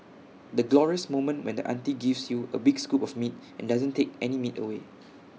the glorious moment when the auntie gives you A big scoop of meat and doesn't take any meat away